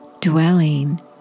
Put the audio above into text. Dwelling